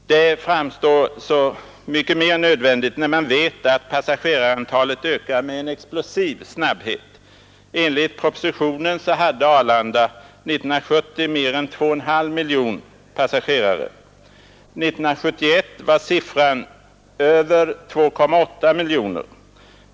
Det framstår som så mycket mer nödvändigt när man vet att passagerarantalet ökar med en explosiv snabbhet. Enligt propositionen hade Arlanda 1970 mer än 2,5 miljoner passagerare. År 1971 var siffran över 2,8 miljoner.